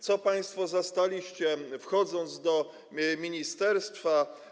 Co państwo zastaliście, wchodząc do ministerstwa?